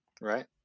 Right